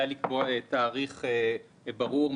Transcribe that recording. כדאי לקבוע תאריך ברור,